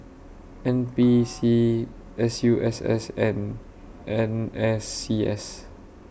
N P C S U S S and N S C S